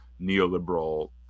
neoliberal